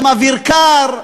גם אוויר קר.